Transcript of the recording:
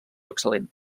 excel·lent